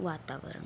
वातावरण